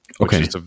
okay